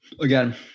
again